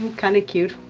kind of cute,